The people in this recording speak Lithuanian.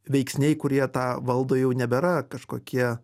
veiksniai kurie tą valdo jau nebėra kažkokie